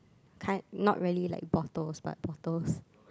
kind not really like bottles but bottles